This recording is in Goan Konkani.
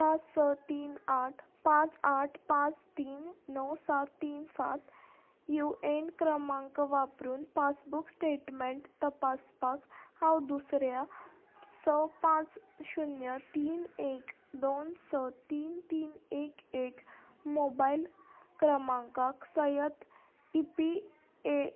पांच स तीन आठ पांच आठ पांच तीन णव सात तीन सात यु ए एन क्रमांक वापरून पासबूक स्टेटमेंट तपासपाक हांव दुसऱ्या स पांच शुन्य तीन एक दोन स तीन तीन एक एक मोबायल क्रमांकाक सयत ई पी ए